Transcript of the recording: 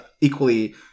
equally